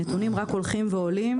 הנתונים רק הולכים ועולים.